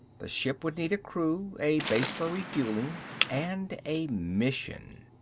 the ship would need a crew, a base for refueling and a mission.